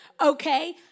Okay